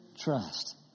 Trust